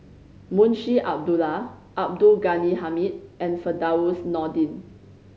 Munshi Abdullah Abdul Ghani Hamid and Firdaus Nordin